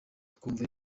twumva